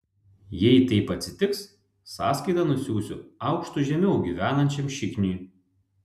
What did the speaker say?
jei taip atsitiks sąskaitą nusiųsiu aukštu žemiau gyvenančiam šikniui